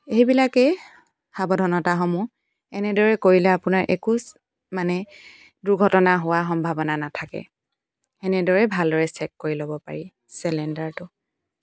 সেইবিলাকেই সাৱধানতাসমূহ এনেদৰে কৰিলে আপোনৰ একো মানে দূৰ্ঘটনা হোৱা সম্ভাৱনা নাথাকে সেনেদৰে ভাল দৰে চেক কৰি ল'ব পাৰি চিলিণ্ডাৰটো